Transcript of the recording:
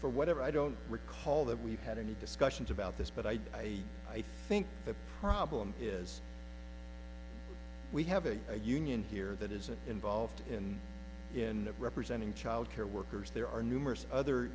for whatever i don't recall that we've had any discussions about this but i i think the problem is we have a union here that is involved in in representing child care workers there are numerous other